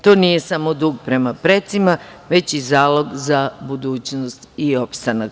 To nije samo dug prema precima, već i zalog za budućnost i opstanak.